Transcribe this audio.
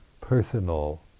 personal